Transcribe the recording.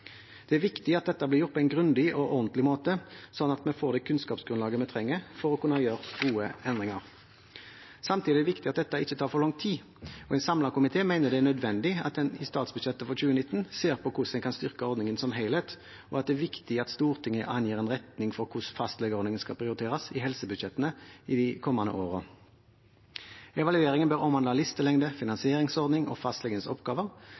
Det er viktig at dette blir gjort på en grundig og ordentlig måte, slik at vi får det kunnskapsgrunnlaget vi trenger for å kunne gjøre gode endringer. Samtidig er det viktig at dette ikke tar for lang tid, og en samlet komité mener det er nødvendig at man i statsbudsjettet for 2019 ser på hvordan man kan styrke ordningen som helhet, og at det er viktig at Stortinget angir en retning for hvordan fastlegeordningen skal prioriteres i helsebudsjettene de kommende årene. Evalueringen bør omhandle listelengde, finansieringsordning og fastlegenes oppgaver.